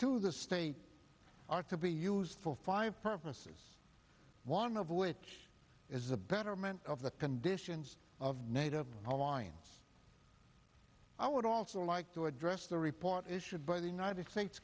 to the state are to be used for five purposes one of which is the betterment of the conditions of nato alliance i would also like to address the report issued by the united states